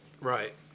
Right